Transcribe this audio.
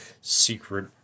secret